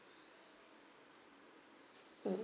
mm